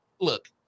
Look